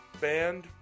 band